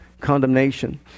condemnation